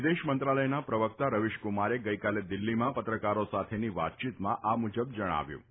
વિદેશમંત્રાલયના પ્રવક્તા રવિશકુમારે ગઈકાલે દિલ્ફીમાં પત્રકારો સાથેની વાતચીતમાં આ મુજબ જણાવ્યું હતું